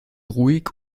ruhig